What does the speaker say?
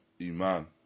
Iman